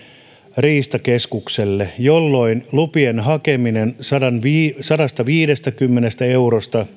riistakeskukselle jolloin lupien hakeminen ely keskuksen veloittamasta sadastaviidestäkymmenestä eurosta